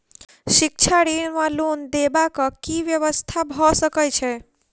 शिक्षा ऋण वा लोन देबाक की व्यवस्था भऽ सकै छै?